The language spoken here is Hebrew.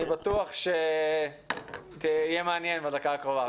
אני בטוח שיהיה מעניין בדקה הקרובה.